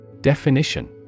Definition